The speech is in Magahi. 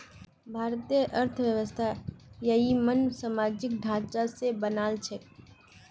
भारतेर अर्थव्यवस्था ययिंमन सामाजिक ढांचा स बनाल छेक